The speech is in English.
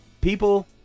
people